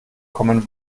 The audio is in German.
common